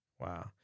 Wow